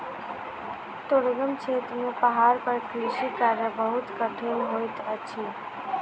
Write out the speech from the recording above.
दुर्गम क्षेत्र में पहाड़ पर कृषि कार्य बहुत कठिन होइत अछि